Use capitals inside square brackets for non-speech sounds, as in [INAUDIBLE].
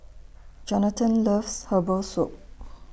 Johathan loves Herbal Soup [NOISE]